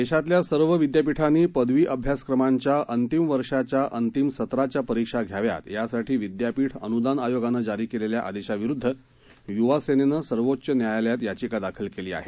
देशातल्या सर्व विद्यापीठांनी पदवी अभ्यासक्रमांच्या अंतिम वर्षाच्या अंतिम सत्राच्या परीक्षा घ्याव्यात यासाठी विद्यापीठ अन्दान आयोगानं जारी केलेल्या आदेशाविरुद्ध य्वा सेनेनं सर्वोच्च न्यायालयात याचिका दाखल केली आहे